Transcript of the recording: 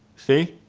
see